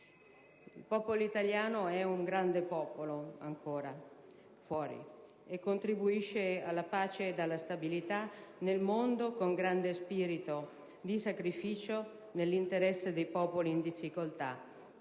Il popolo italiano è un grande popolo ancora, fuori, e contribuisce alla pace e alla stabilità nel mondo con grande spirito di sacrificio, nell'interesse dei popoli in difficoltà.